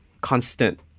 constant